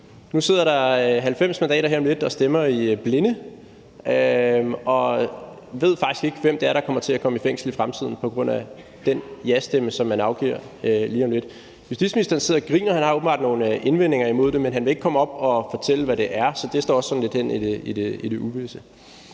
Nu sidder der 90 mandater, der her om lidt stemmer i blinde, og som faktisk ikke ved, hvem det er, der kommer i fængsel i fremtiden på grund af den jastemme, som man lige om lidt afgiver. Justitsministeren sidder og griner, han har åbenbart nogle indvendinger imod det, men han vil ikke komme op og fortælle, hvad det er. Så det står også sådan lidt hen i det uvisse.